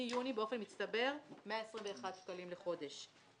מיוני באופן מצטבר 121 שקלים לחודש.